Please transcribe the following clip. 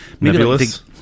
nebulous